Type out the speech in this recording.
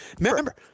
remember